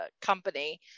company